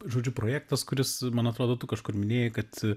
žodžiu projektas kuris man atrodo tu kažkur minėjai kad